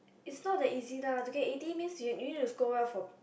is not that easy lah eighty means you need to score well for